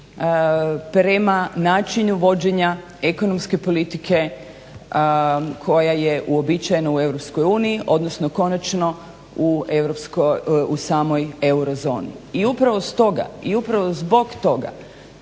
prema načinu vođenja ekonomske politike koja je uobičajena u Europskoj uniji, odnosno konačno u samoj eurozoni. I upravo stoga